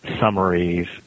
summaries